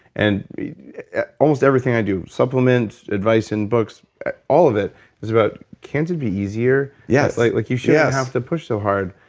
and almost everything i do. supplements, advice in books all of it is about, can't it be easier? yes like like you shouldn't have to push so hard.